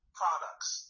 products